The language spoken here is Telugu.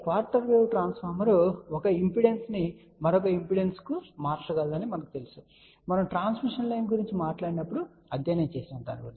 క్వార్టర్ వేవ్ ట్రాన్స్ఫార్మర్ ఒక ఇంపిడెన్స్ను మరొక ఇంపిడెన్స్కు మార్చగలదని మనము ట్రాన్స్మిషన్ లైన్ గురించి మాట్లాడినప్పుడు అధ్యయనం చేసాము